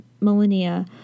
millennia